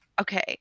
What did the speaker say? Okay